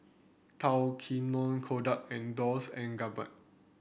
Tao Kae Noi Kodak and Dolce and